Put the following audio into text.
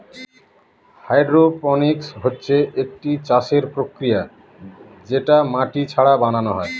hydroponics হচ্ছে একটি চাষের প্রক্রিয়া যেটা মাটি ছাড়া বানানো হয়